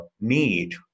need